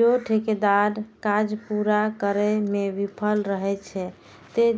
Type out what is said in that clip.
जौं ठेकेदार काज पूरा करै मे विफल रहै छै, ते